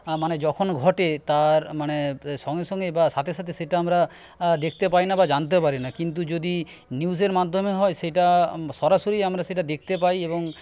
মানে যখন ঘটে তার মানে সঙ্গে সঙ্গে বা সাথে সাথে সেটা আমরা দেখতে পাইনা বা জানতেও পারি না কিন্তু যদি নিউজের মাধ্যমে হয় সেটা সরাসরি আমরা সেটা দেখতে পাই এবং